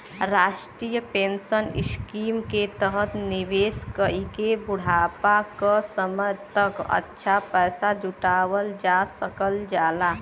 राष्ट्रीय pension scheme के तहत निवेश कइके बुढ़ापा क समय तक अच्छा पैसा जुटावल जा सकल जाला